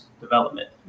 development